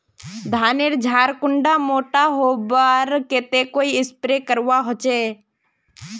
धानेर झार कुंडा मोटा होबार केते कोई स्प्रे करवा होचए?